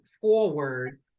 forward